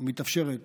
מתאפשרת